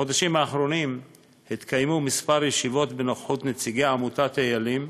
בחודשים האחרונים התקיימו כמה ישיבות בנוכחות נציגי עמותת "איילים",